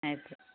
ಆಯಿತು